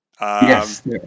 Yes